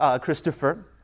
Christopher